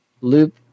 loop